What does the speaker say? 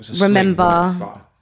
remember